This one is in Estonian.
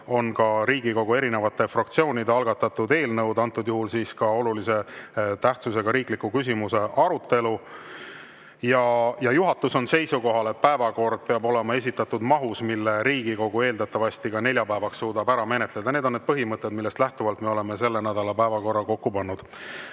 on Riigikogu erinevate fraktsioonide algatatud eelnõud, antud juhul siis ka olulise tähtsusega riikliku küsimuse arutelu. Juhatus on seisukohal, et päevakord peab olema esitatud mahus, mille Riigikogu suudab eeldatavasti neljapäevaks ka ära menetleda. Need on need põhimõtted, millest lähtuvalt me oleme selle nädala päevakorra kokku pannud. Kalle